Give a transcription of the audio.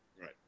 right